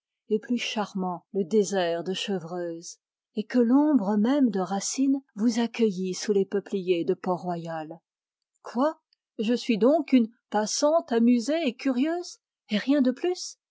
et plus charmant le désert de chevreuse et que l'ombre même de racine vous accueillit sous les peupliers de port-royal quoi je suis donc une passante amusée et curieuse et rien de plus